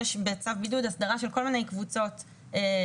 יש בצו בידוד הסדרה של כל מיני קבוצות שונות,